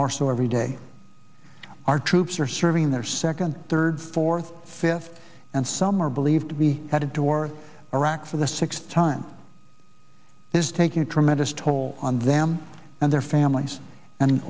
more so every day our troops are serving their second third fourth fifth and some are believed to be headed to war iraq for the sixth time is taking a tremendous toll on them and their families and